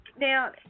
Now